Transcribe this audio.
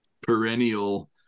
perennial